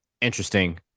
interesting